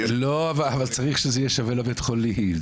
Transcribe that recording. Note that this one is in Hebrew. אבל צריך שזה יהיה שווה לבית החולים.